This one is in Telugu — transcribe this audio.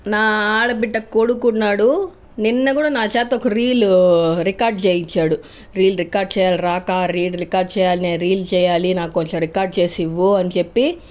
నా ఆడబిడ్డ కొడుకు ఉన్నాడు నిన్న కూడా నా చేత ఒక రీల్ రికార్డ్ చేయించాడు రీల్ రికార్డ్ చేయాలి రా అత్త రీల్ రికార్డ్ చేయాలి రీల్స్ చేయాలి నాకు కొంచెం రికార్డ్ చేసి ఇవ్వు అని చెప్పి